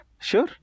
sure